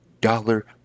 dollar